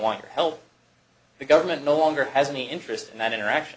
want your help the government no longer has any interest in that interaction